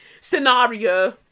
scenario